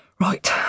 Right